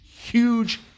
huge